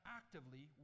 actively